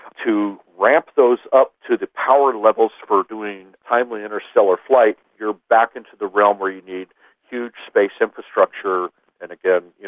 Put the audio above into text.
to ramp those up to the power levels for doing timely interstellar flight, you're back into the realm where you need huge space infrastructure and, again,